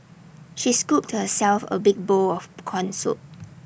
she scooped herself A big bowl of Corn Soup